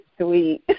sweet